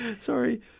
sorry